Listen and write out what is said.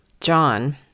John